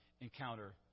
encounter